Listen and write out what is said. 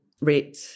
rate